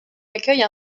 accueille